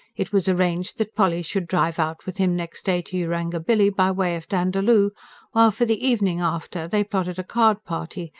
it was arranged that polly should drive out with him next day to yarangobilly, by way of dandaloo while for the evening after they plotted a card-party,